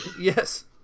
Yes